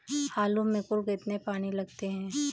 आलू में कुल कितने पानी लगते हैं?